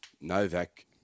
Novak